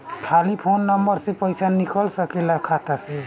खाली phone number से पईसा निकल सकेला खाता से?